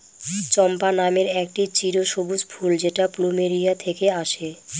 চম্পা নামের একটি চিরসবুজ ফুল যেটা প্লুমেরিয়া থেকে আসে